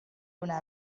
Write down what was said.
una